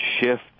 shift